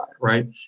right